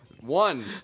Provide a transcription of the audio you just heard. One